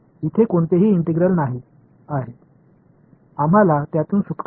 இங்கே எந்தவிதமான இன்டெக்ரலும் இல்லை நாங்கள் அதை அகற்றினோம் ஆம்